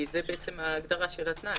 כי זאת בעצם ההגדרה של התנאי.